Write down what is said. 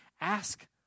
ask